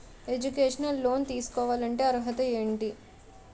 Educational loan తీసుకోవాలంటే అర్హత ఏంటి?